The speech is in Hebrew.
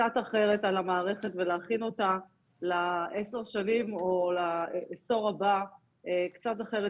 קצת אחרת על המערכת ולהכין אותה לעשור הבא קצת אחרת,